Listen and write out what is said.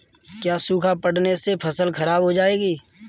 क्या सूखा पड़ने से फसल खराब हो जाएगी?